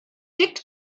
dic